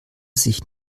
sich